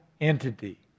entity